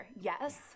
yes